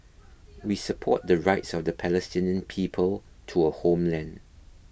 we support the rights of the Palestinian people to a homeland